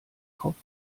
kopf